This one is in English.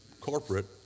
corporate